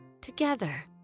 together